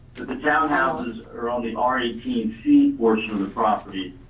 the townhouses are on the r eighteen c portion of the property,